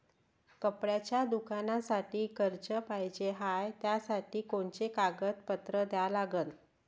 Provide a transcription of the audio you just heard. कपड्याच्या दुकानासाठी कर्ज पाहिजे हाय, त्यासाठी कोनचे कागदपत्र द्या लागन?